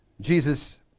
Jesus